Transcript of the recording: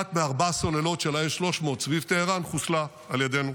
אחת מארבע הסוללות של ה-S-300 סביב טהראן חוסלה על ידינו.